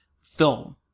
film